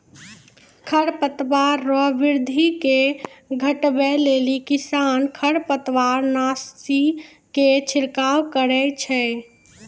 खरपतवार रो वृद्धि के घटबै लेली किसान खरपतवारनाशी के छिड़काव करै छै